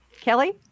Kelly